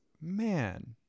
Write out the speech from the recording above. man